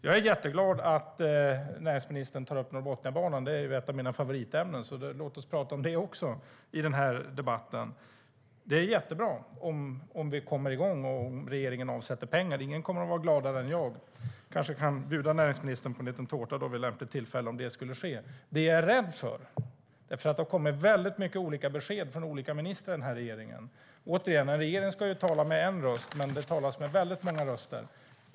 Jag är jätteglad över att näringsministern tar upp Norrbottniabanan. Det är ett av mina favoritämnen, så låt oss prata om den också i denna debatt. Det är jättebra om vi kommer igång och om regeringen avsätter pengar. Ingen kommer att bli gladare än jag. Jag kanske kan bjuda näringsministern på en liten tårtbit vid lämpligt tillfälle om detta skulle ske. Det har kommit många olika besked från olika ministrar i regeringen. Återigen: En regering ska tala med en röst, men det talas med väldigt många röster.